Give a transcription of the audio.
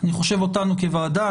אני חושב אותנו כוועדה,